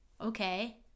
okay